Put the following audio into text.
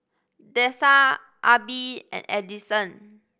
Dessa Arbie and Edison